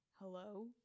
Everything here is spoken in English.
hello